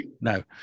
no